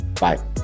Bye